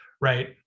right